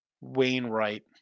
Wainwright